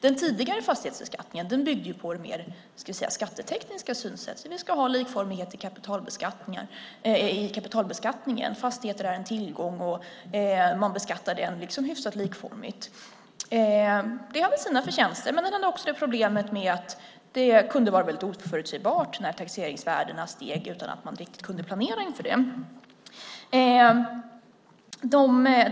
Den tidigare fastighetsbeskattningen byggde ju på det mer skattetekniska synsättet att vi ska ha likformighet i kapitalbeskattningen. Fastigheter är en tillgång, och man beskattar dem hyfsat likformigt. Det hade väl sina förtjänster, men också problemet att det kunde vara väldigt oförutsägbart när taxeringsvärdena steg utan att man riktigt kunde planera inför det.